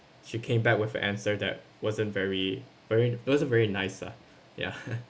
she came back with answer that wasn't very very wasn't very nice lah ya